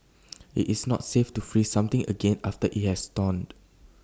IT is not safe to freeze something again after IT has thawed